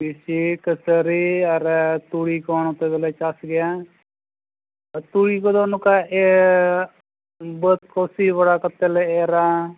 ᱴᱤᱥᱤ ᱠᱟᱹᱥᱟᱹᱨᱤ ᱟᱨ ᱛᱩᱲᱤ ᱠᱚ ᱱᱚᱛᱮ ᱫᱚᱞᱮ ᱪᱟᱥ ᱜᱮᱭᱟ ᱛᱩᱲᱤ ᱠᱚᱫᱚ ᱱᱚᱝᱠᱟ ᱮᱨᱻ ᱵᱟᱹᱫᱽ ᱠᱚ ᱥᱤ ᱵᱟᱲᱟ ᱠᱟᱛᱮᱫ ᱞᱮ ᱮᱨᱻᱟ